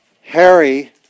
Harry